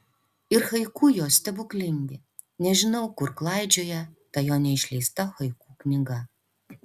ir haiku jo stebuklingi nežinau kur klaidžioja ta jo neišleista haiku knyga